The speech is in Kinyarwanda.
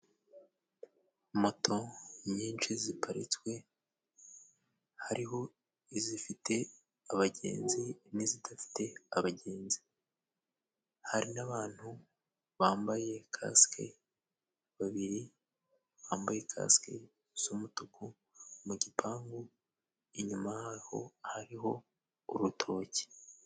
Moto nyinshi ziparitswe hariho izifite abagenzi, n'izidafite abagenzi hari n'abantu bambaye kasike, babiri bambaye kasike z'umutuku, mu gipangu inyuma hariho urutoki.